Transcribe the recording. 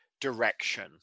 direction